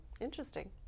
Interesting